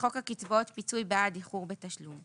מחוק הקצבאות (פיצוי בעד איחור בתשלום),